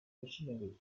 machinery